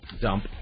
dump